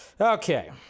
Okay